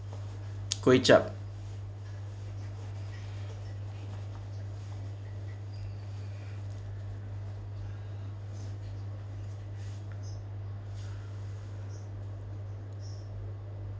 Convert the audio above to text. kway chap